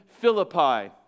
Philippi